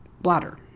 bladder